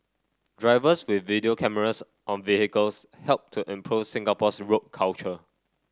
drivers with video cameras on vehicles help to improve Singapore's road culture